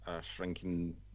shrinking